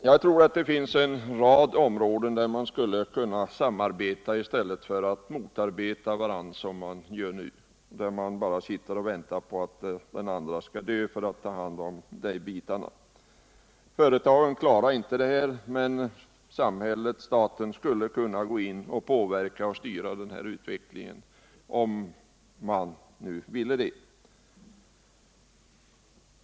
Jag tror att det finns en rad områden där man skulle kunna samordna i stället för att motarbeta varandra, som man gör nu, när man bara sitter och väntar på att den andre skall dö för att man skall kunna ta hand om hans bitar. Företagen klarar inte det här, men staten skulle kunna påverka och styra utvecklingen, om man nu ville det.